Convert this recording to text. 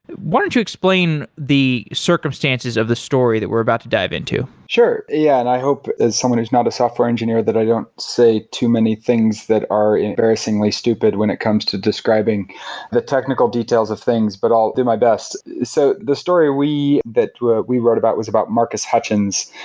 why don't you explain the circumstances of the story that we're about to dive into? sure. yeah, and i hope as someone who's not a software engineer that i don't say too many things that are embarrassingly stupid when it comes to describing the technical details of things, but i'll do my best so the story we that we wrote about was about marcus hutchins.